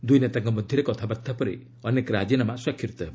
ଦୁଇ ନେତାଙ୍କ ମଧ୍ୟରେ କଥାବାର୍ତ୍ତା ପରେ ଅନେକ ରାଜିନାମା ସ୍ୱାକ୍ଷରିତ ହେବ